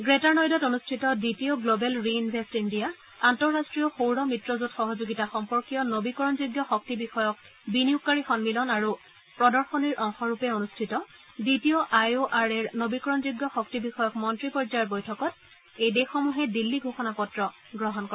greater নয়দাত অনুষ্ঠিত দ্বিতীয় গ্লবেল ৰি ইনভেষ্ট ইণ্ডিয়া আন্তঃৰাষ্ট্ৰীয় সৌৰ মিত্ৰজোঁট সহযোগিতা সম্পৰ্কীয় নবীকৰণযোগ্য শক্তি বিষয়ক বিনিয়োগকাৰী সম্মিলন আৰু প্ৰদশনীৰ অংশৰূপে অনুষ্ঠিত দ্বিতীয় আই অ আৰ এ ৰ নবীকৰণযোগ্য শক্তি বিষয়ক মন্ত্ৰী পৰ্যায়ৰ বৈঠকত এই দেশসমূহে দিল্লী ঘোষণা পত্ৰ গ্ৰহণ কৰে